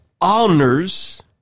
honors